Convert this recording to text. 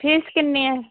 fees ਕਿੰਨੀ ਹੈ